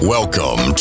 Welcome